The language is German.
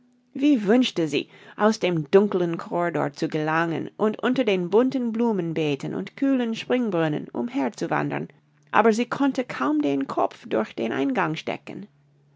wie wünschte sie aus dem dunkeln corridor zu gelangen und unter den bunten blumenbeeten und kühlen springbrunnen umher zu wandern aber sie konnte kaum den kopf durch den eingang stecken